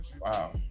Wow